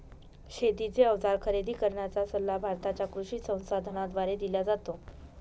शेतीचे अवजार खरेदी करण्याचा सल्ला भारताच्या कृषी संसाधनाद्वारे दिला जातो